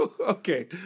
okay